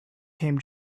came